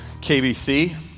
KBC